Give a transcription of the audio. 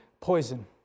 poison